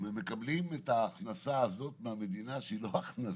ומקבלים את ההכנסה הזאת מהמדינה - שהיא לא הכנסה,